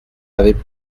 avaient